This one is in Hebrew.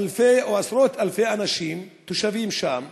אלפי אנשים, או עשרות-אלפי אנשים, תושבים שם,